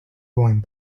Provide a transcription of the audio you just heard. going